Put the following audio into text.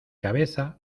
cabeza